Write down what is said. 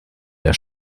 der